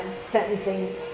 sentencing